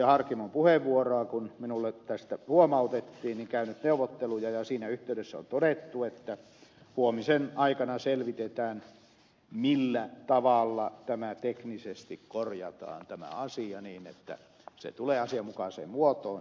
harkimon puheenvuoroa kun minulle tästä huomautettiin käynyt neuvotteluja ja siinä yhteydessä on todettu että huomisen aikana selvitetään millä tavalla tämä asia teknisesti korjataan niin että se tulee asianmukaiseen muotoon